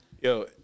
Yo